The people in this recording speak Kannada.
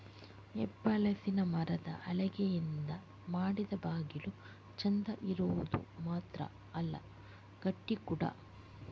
ಹೆಬ್ಬಲಸಿನ ಮರದ ಹಲಗೆಯಿಂದ ಮಾಡಿದ ಬಾಗಿಲು ಚಂದ ಇರುದು ಮಾತ್ರ ಅಲ್ಲ ಗಟ್ಟಿ ಕೂಡಾ